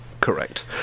Correct